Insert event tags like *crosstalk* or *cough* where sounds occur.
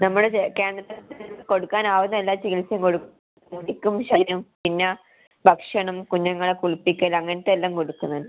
നമ്മള് കേന്ദ്ര തലത്തിലേക്ക് കൊടുക്കാൻ ആവുന്ന എല്ലാ ചികിത്സയും കൊടുക്കും മുടിക്കും *unintelligible* പിന്നെ ഭക്ഷണം കുഞ്ഞുങ്ങളെ കുളിപ്പിക്കൽ അങ്ങനത്ത എല്ലാം കൊടുക്കുന്നുണ്ട്